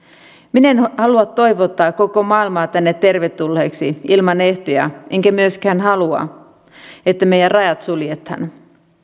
minä en halua toivottaa koko maailmaa tänne tervetulleeksi ilman ehtoja enkä myöskään halua että meidän rajat suljetaan